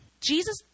Jesus